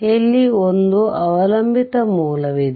ಇಲ್ಲಿ ಒಂದು ಅವಲಂಬಿತ ಮೂಲವಿದೆ